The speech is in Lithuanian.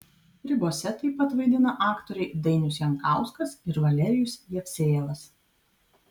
ribose taip pat vaidina aktoriai dainius jankauskas ir valerijus jevsejevas